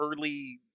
early